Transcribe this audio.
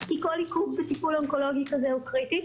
כי כל עיכוב בטיפול אונקולוגי כזה הוא קריטי.